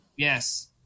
Yes